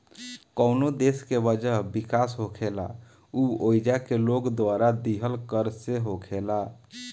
कवनो देश के वजह विकास होखेला उ ओइजा के लोग द्वारा दीहल कर से ही होखेला